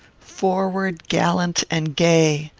forward, gallant, and gay!